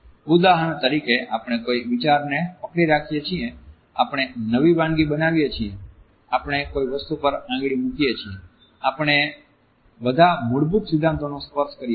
ઉદાહરણ તરીકે આપણે કોઈ વિચારને પકડી રાખીએ છીએ આપણે નવી વાનગી બનાવી છીએ આપણે કોઈ વસ્તુ પર આંગળી મૂકીએ છીએ આપણે બધા મૂળભૂત સિદ્ધાંતોનો સ્પર્શ કરીએ છીએ